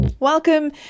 Welcome